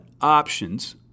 options